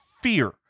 fear